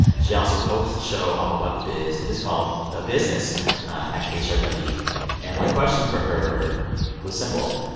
she also hosts a show all about the biz. it is called the business at kcrw. and but and my question for her was simple.